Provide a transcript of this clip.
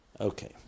Okay